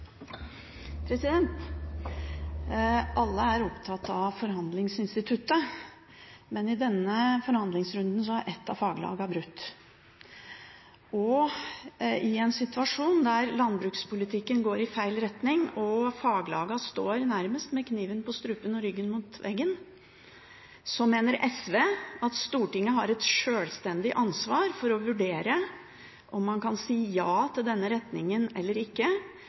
opptatt av forhandlingsinstituttet, men i denne forhandlingsrunden har et av faglagene brutt. I en situasjon der landbrukspolitikken går i feil retning og faglagene står nærmest med kniven på strupen og ryggen mot veggen, mener SV at Stortinget har et sjølstendig ansvar for å vurdere om man kan si ja til denne retningen eller ikke,